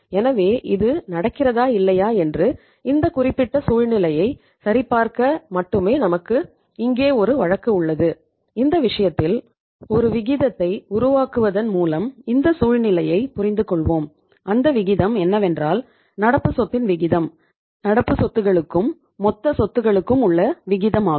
எனவே இது நடக்கிறதா இல்லையா என்று இந்த குறிப்பிட்ட சூழ்நிலையை சரிபார்க்க மட்டுமே நமக்கு இங்கே ஒரு வழக்கு உள்ளது இந்த விஷயத்தில் ஒரு விகிதத்தை உருவாக்குவதன் மூலம் இந்த சூழ்நிலையைப் புரிந்துகொள்வோம் அந்த விகிதம் என்னவென்றால் நடப்பு சொத்தின் விகிதம் நடப்பு சொத்துகளுக்கும் மொத்த சொத்துக்களுக்கும் உள்ள விகிதமாகும்